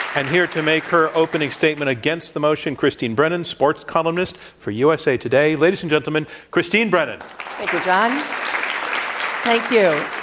and here to make her opening statement against the motion, christine brennan, sports columnist for u. s. a. today. ladies and gentlemen, christine brennan. thank you.